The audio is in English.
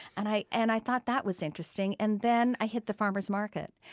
and i and i thought that was interesting and then i hit the farmers market,